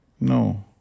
no